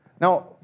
Now